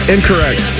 Incorrect